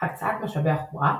הקצאת משאבי החומרה.